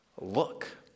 Look